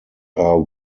are